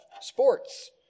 Sports